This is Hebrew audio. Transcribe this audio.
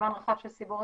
ממגוון רחב של סיבות,